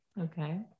okay